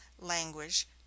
language